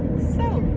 so